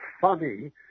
funny